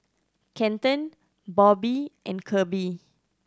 Kenton Bobbie and Kirby